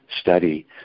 study